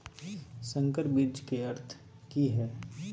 संकर बीज के अर्थ की हैय?